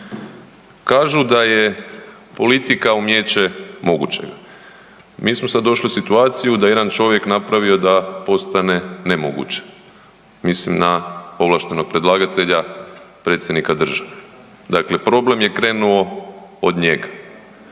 Kažu da je politika umijeće mogućega, mi smo sad došli u situaciju da je jedan čovjek napravo da postane nemoguće, mislim na ovlaštenog predlagatelja predsjednika države. Dakle, problem je krenuo od njega